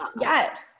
yes